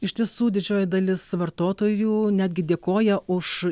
iš tiesų didžioji dalis vartotojų netgi dėkoja už